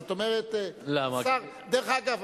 אגב,